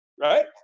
Right